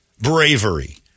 bravery